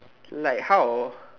like how